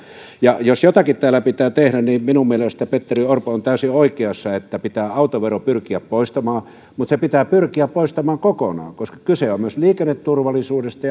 jos jotakin täällä pitää tehdä niin minun mielestäni petteri orpo on täysin oikeassa että pitää autovero pyrkiä poistamaan ja se pitää pyrkiä poistamaan kokonaan koska kyse on myös liikenneturvallisuudesta